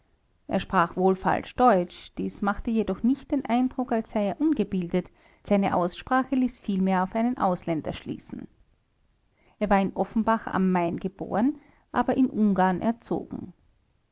er sprach wohl falsch deutsch dies machte jedoch nicht den eindruck als sei er ungebildet seine aussprache ließ vielmehr auf einen ausländer schließen er war in offenbach a main geboren aber in ungarn erzogen